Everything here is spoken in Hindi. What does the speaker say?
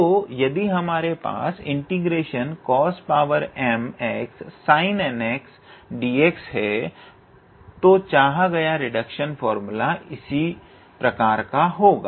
तो यदि हमारे पास ∫𝑐𝑜𝑠𝑚𝑥𝑠𝑖𝑛𝑛𝑥𝑑𝑥 है तो चाहा गया रिडक्शन फार्मूला इसी प्रकार का होगा